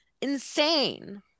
insane